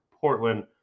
Portland